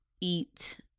eat